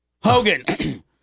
Hogan